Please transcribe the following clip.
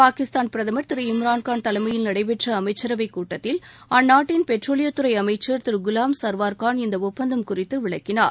பாகிஸ்தான் பிரதமர் திரு இம்ரான்கான் தலைமையில் நடைபெற்ற அமைச்சரவைக் கூட்டத்தில்ட அந்நாட்டின் பெட்ரோலியத்துறை அமைச்சர் திரு குலாம் சர்வார்கான் இந்த ஒப்பந்தம் குறித்து விளக்கினார்